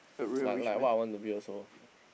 like like what I want to be also